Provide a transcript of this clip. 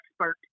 expert